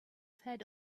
fed